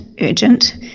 urgent